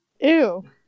Ew